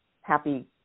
happy